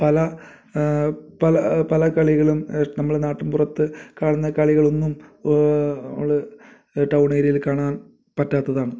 പല പല പല കളികളും നമ്മൾ നാട്ടിൻ പുറത്തു കാണുന്ന കളികളൊന്നും നമ്മൾ ടൗണേരിയയിൽ കാണാൻ പറ്റാത്തതാണ്